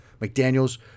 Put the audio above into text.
McDaniels